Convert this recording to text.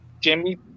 Jimmy